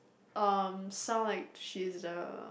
um sound like she's the